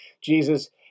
Jesus